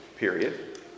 Period